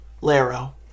Laro